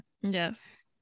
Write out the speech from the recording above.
Yes